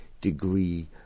degree